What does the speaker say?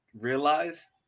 realized